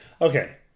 Okay